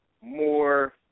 more